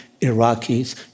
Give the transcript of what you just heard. Iraqis